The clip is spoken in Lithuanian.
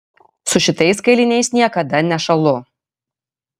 su šitais kailiniais niekada nešąlu